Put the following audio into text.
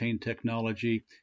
technology